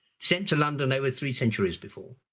sent to london over three centuries before,